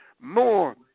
more